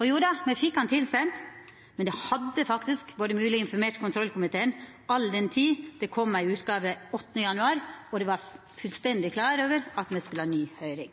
Og me fekk han tilsendt. Men det hadde vore mogleg å informera kontrollkomiteen, all den tid det kom ei utgåve 8. januar, og ein var fullstendig klar over at me skulle